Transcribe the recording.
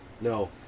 no